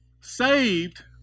saved